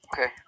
Okay